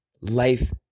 life